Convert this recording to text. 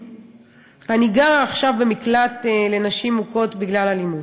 אני גרה עכשיו במקלט לנשים מוכות בגלל אלימות.